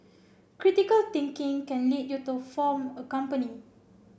critical thinking can lead you to form a company